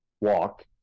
Walk